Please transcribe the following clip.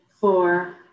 four